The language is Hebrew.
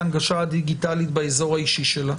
ההנגשה הדיגיטלית באזור האישי שלה?